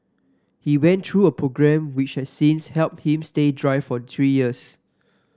he went through a programme which has since helped him stay dry for three years